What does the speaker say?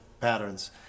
patterns